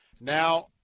Now